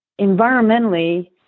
environmentally